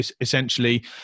essentially